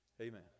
Amen